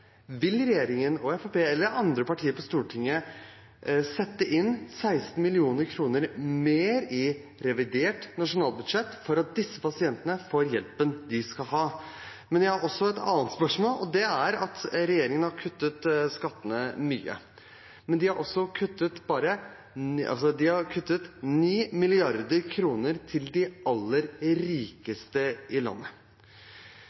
Vil regjeringen – og Fremskrittspartiet eller andre partier på Stortinget – sette inn 16 mill. kr mer i revidert nasjonalbudsjett for at disse pasientene får hjelpen de skal ha? Men jeg har også et annet spørsmål. Regjeringen har kuttet skattene mye, men de har også kuttet 9 mrd. kr til de aller rikeste i landet. Jeg forstår ikke hvorfor helseministeren har prioritert skattekutt for de aller